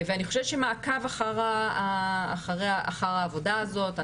אני חושבת שמעקב אחר העבודה הזאת,